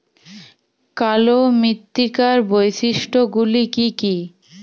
কালো মৃত্তিকার বৈশিষ্ট্য গুলি কি কি?